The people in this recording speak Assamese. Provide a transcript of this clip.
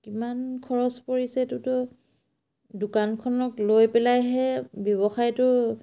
কিমান খৰচ পৰিছে এইটোতো দোকানখনক লৈ পেলাইহে ব্যৱসায়টো